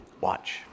watch